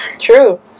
True